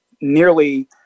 nearly